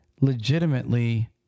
legitimately